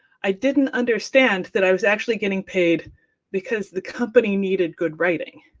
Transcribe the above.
i didn't understand that i was actually getting paid because the company needed good writing.